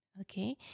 okay